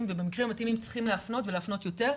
ובמקרים המתאימים צריכים להפנות ולהפנות יותר,